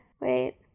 wait